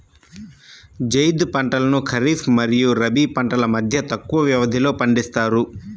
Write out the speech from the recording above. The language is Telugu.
జైద్ పంటలను ఖరీఫ్ మరియు రబీ పంటల మధ్య తక్కువ వ్యవధిలో పండిస్తారు